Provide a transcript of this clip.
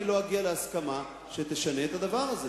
אני לא אגיע להסכמה שתשנה את הדבר הזה.